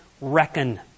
reckon